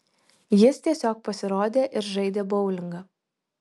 jis tiesiog pasirodė ir žaidė boulingą